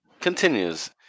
continues